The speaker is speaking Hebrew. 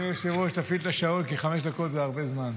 כי חמש דקות זה הרבה זמן.